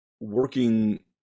working